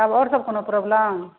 आब आओर सब कोनो प्रॉब्लम